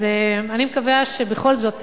אני מקווה שבכל זאת,